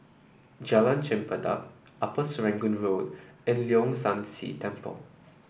Jalan Chempedak Upper Serangoon Road and Leong San See Temple